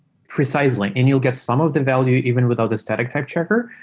precisely, and you'll get some of the value even without the static type checker,